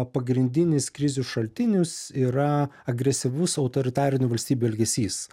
pagrindinis krizių šaltinis yra agresyvus autoritarinių valstybių elgesys